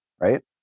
right